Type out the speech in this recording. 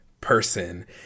person